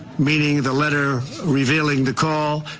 meaning the letter revealing the call.